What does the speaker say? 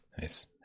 nice